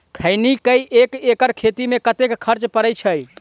खैनी केँ एक एकड़ खेती मे कतेक खर्च परै छैय?